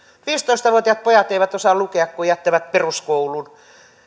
viisitoista vuotiaat pojat eivät osaa lukea kun jättävät peruskoulun